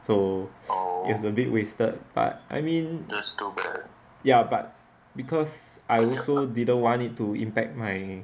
so it's a bit wasted but I mean ya but because I also didn't want it to impact my